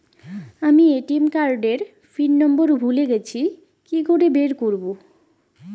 আমি ATM card এর pin number ভুলে গেছি কি করে বের করব?